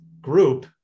group